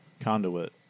conduit